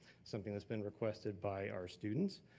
something that's been requested by our students.